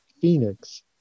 Phoenix